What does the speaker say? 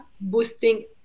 boosting